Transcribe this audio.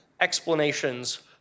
explanations